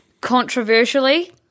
Controversially